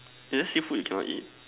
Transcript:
and then seafood you cannot eat